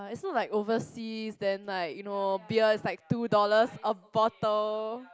so like overseas then like you know beer is like two dollar a bottle